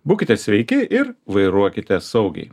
būkite sveiki ir vairuokite saugiai